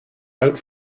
out